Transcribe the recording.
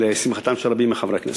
ולשמחתם של רבים מחברי הכנסת.